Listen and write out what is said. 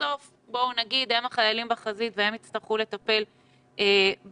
בסוף הם החיילים בחזית והם יצטרכו לטפל בתחלואה.